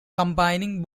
combining